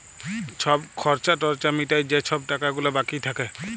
ছব খর্চা টর্চা মিটায় যে ছব টাকা গুলা বাকি থ্যাকে